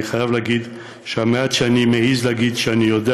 אני חייב להגיד שהמעט שאני מעז להגיד שאני יודע